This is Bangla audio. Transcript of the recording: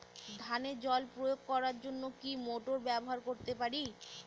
ধানে জল প্রয়োগ করার জন্য কি মোটর ব্যবহার করতে পারি?